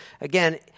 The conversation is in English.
again